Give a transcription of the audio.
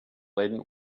laden